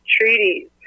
treaties